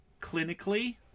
clinically